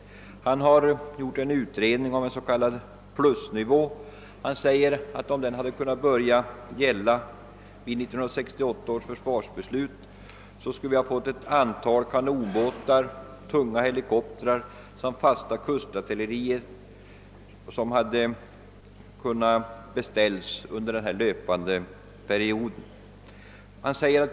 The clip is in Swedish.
Denne har gjort en utredning om en s.k. plusnivå och framhåller att vi, om denna hade kunnat börja gälla i samband med 1968 års försvarsbeslut, hade ett antal kanonbåtar, tunga helikoptrar samt fasta kustartillerianläggningar kunnat beställas under den löpande perioden.